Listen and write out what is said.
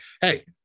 hey